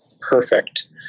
perfect